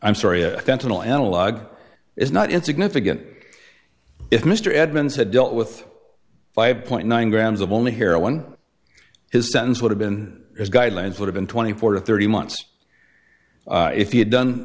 i'm sorry a fentanyl analogue is not insignificant if mr edmunds had dealt with five point nine grams of only heroin his sentence would have been his guidelines would have been twenty four to thirty months if he had done